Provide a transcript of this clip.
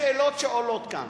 השאלות שעולות כאן,